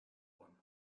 one